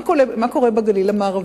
מה קורה בגליל המערבי?